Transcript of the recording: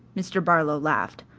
mr. barlow laughed,